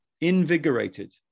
invigorated